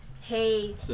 Hey